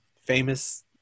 famous